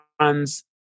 runs